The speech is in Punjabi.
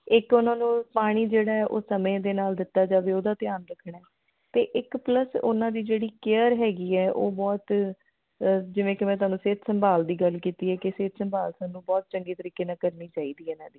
ਇੱਕ ਉਹਨਾਂ ਨੂੰ ਪਾਣੀ ਜਿਹੜਾ ਉਹ ਸਮੇਂ ਦੇ ਨਾਲ ਦਿੱਤਾ ਜਾਵੇ ਉਹਦਾ ਧਿਆਨ ਰੱਖਣਾ ਅਤੇ ਇੱਕ ਪਲੱਸ ਉਹਨਾਂ ਦੀ ਜਿਹੜੀ ਕੇਅਰ ਹੈਗੀ ਹੈ ਉਹ ਬਹੁਤ ਅ ਜਿਵੇਂ ਕਿ ਮੈਂ ਤੁਹਾਨੂੰ ਸਿਹਤ ਸੰਭਾਲ ਦੀ ਗੱਲ ਕੀਤੀ ਹੈ ਕਿ ਸਿਹਤ ਸੰਭਾਲ ਸਾਨੂੰ ਬਹੁਤ ਚੰਗੀ ਤਰੀਕੇ ਨਾਲ ਕਰਨੀ ਚਾਹੀਦੀ ਆ ਇਹਨਾਂ ਦੀ